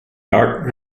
dark